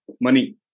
money